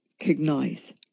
recognize